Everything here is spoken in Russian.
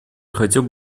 хотел